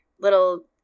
little